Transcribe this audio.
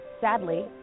Sadly